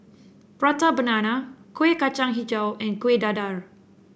Prata Banana Kueh Kacang hijau and Kuih Dadar